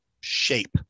shape